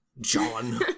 john